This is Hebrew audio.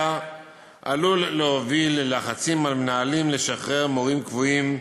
עלול להוביל ללחצים על מנהלים לשחרר מורים קבועים,